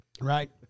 right